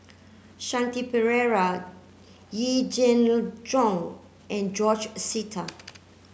Shanti Pereira Yee Jenn Jong and George Sita